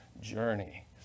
journey